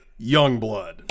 Youngblood